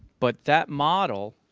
but that model,